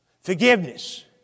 Forgiveness